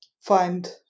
find